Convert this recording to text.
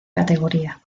categoría